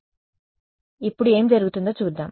కాబట్టి ఇప్పుడు ఏమి జరుగుతుందో చూద్దాం